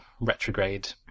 retrograde